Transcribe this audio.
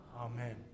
amen